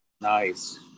nice